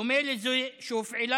בדומה לזו שהופעלה